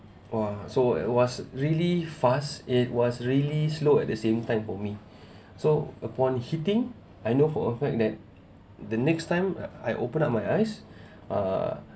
!wah! so it was really fast it was really slow at the same time for me so upon hitting I know for a fact that the next time I opened up my eyes err